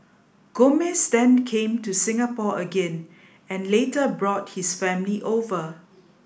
Gomez then came to Singapore again and later brought his family over